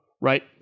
right